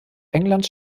england